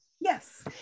yes